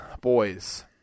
boys